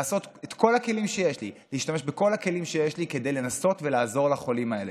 להשתמש בכל הכלים שיש לי כדי לנסות לעזור לחולים האלה.